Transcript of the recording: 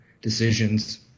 decisions